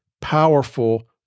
powerful